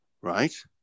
right